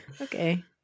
Okay